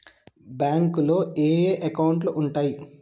బ్యాంకులో ఏయే అకౌంట్లు ఉంటయ్?